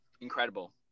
incredible